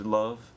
love